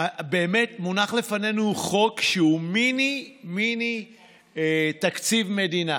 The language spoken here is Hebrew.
באמת מונח לפנינו חוק שהוא מיני מיני תקציב מדינה.